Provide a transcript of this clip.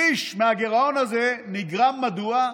שליש מהגירעון הזה נגרם, מדוע?